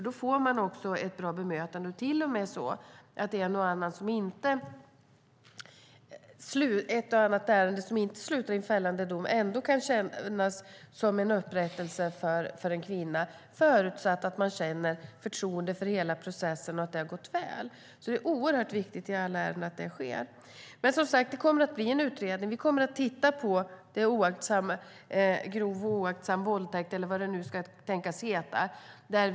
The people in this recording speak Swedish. Det är till och med så att ett och annat ärende som inte slutar i fällande dom ändå kan kännas som en upprättelse för kvinnan, förutsatt att hon känner förtroende för hela processen. Men, som sagt, det kommer att tillsättas en utredning som ska titta på grov oaktsam våldtäkt eller vad brottet nu kan tänkas rubriceras som.